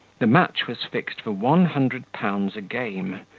the match was fixed for one hundred pounds a game,